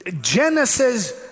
Genesis